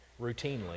routinely